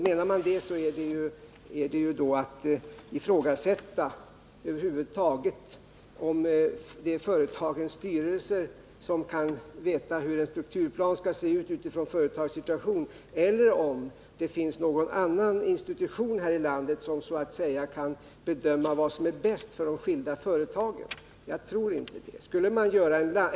Menar man det innebär det ju att man över huvud taget ifrågasätter om företagens styrelser kan veta hur en strukturplan skall se ut utifrån företagets situation eller om det finns någon annan institution här i landet som så att säga kan bedöma vad som är bäst för de skilda företagen. Jag tror inte det.